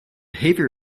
behavior